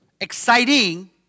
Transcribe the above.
exciting